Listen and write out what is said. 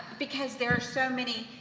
because there're so many,